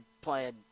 playing